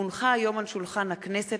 כי הונחו היום על שולחן הכנסת,